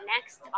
next